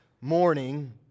morning